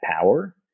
power